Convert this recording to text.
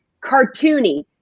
cartoony